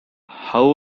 how